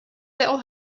little